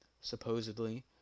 supposedly